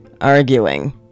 arguing